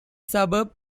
suburb